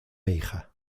hija